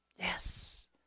Yes